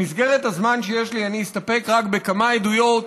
במסגרת הזמן שיש לי אני אסתפק רק בכמה עדויות